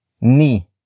ni